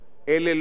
אלה לא הנורמות,